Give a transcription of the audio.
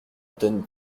donne